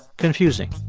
confusing.